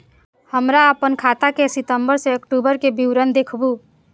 हमरा अपन खाता के सितम्बर से अक्टूबर के विवरण देखबु?